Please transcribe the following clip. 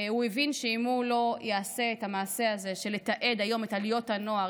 הוא הבין שאם הוא לא יעשה את המעשה הזה של לתעד היום את עליות הנוער,